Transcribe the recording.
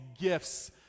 gifts